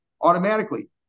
automatically